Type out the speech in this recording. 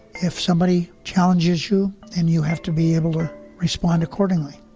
if somebody challenges you and you have to be able to respond accordingly